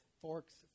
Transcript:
forks